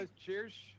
Cheers